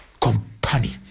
company